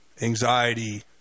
anxiety